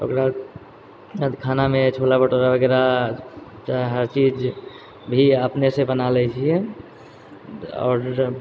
ओकरा बाद खानामे छोला भटूरा वगैरह हर चीज भी अपनेसँ बना लैत छियै आओर